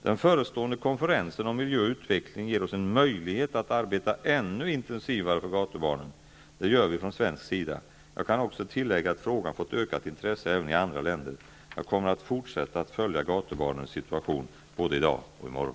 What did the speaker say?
Den förestående konferensen om miljö och utveckling ger oss en möjlighet att arbeta ännu intensivare för gatubarnen. Det gör vi från svensk sida. Jag kan också tillägga att frågan fått ökat intresse även i andra länder. Jag kommer att fortsätta att följa gatubarnens situation både i dag och i morgon!